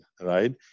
right